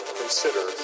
consider